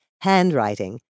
Handwriting